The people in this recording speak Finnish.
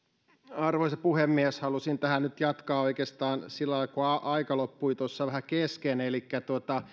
arvoisa puhemies halusin tähän nyt jatkaa oikeastaan sillä lailla kun aika loppui tuossa vähän kesken elikkä